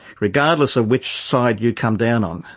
regardless of which side you come down on,